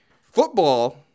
Football